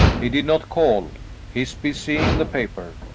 he did not call he's busy in the paper.